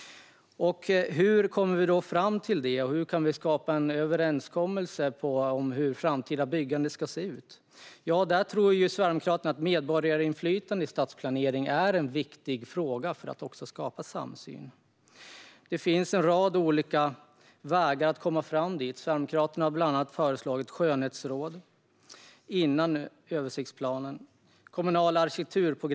Hur kommer vi då fram till detta? Hur kan vi skapa en överenskommelse om hur det framtida byggandet ska se ut? Sverigedemokraterna tror att medborgarinflytande i stadsplaneringen är en viktig fråga för att skapa samsyn, och det finns en rad olika vägar dit. Sverigedemokraterna har bland annat föreslagit kommunala arkitekturprogram och skönhetsråd innan översiktsplan.